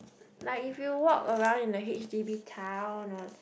like if you walk around in a h_d_b town or